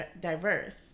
diverse